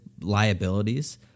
liabilities